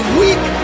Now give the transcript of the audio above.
weak